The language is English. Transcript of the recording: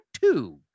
two